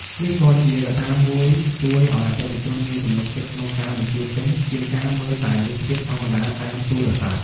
នេះក៏ជាកត្តាមួយជួយឲ្យអតិថិជនមានទំនុកចិត្តក្នុងការបញ្ជាទិញជាងការមើលតែរូបភាពធម្មតាតាមទូរស័ព្ទ។